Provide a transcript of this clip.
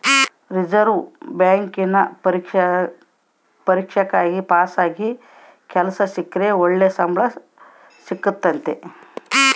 reserve ಬ್ಯಾಂಕಿನ ಪರೀಕ್ಷೆಗ ಪಾಸಾಗಿ ಕೆಲ್ಸ ಸಿಕ್ರ ಒಳ್ಳೆ ಸಂಬಳ ಸಿಕ್ತತತೆ